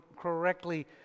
correctly